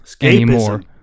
anymore